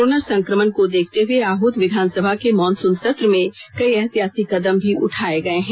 corona संक्रमण को देखते हुए आहूत विधानसभा के मॉनसून सत्र में कई एहतियाती कदम उठाये गये हैं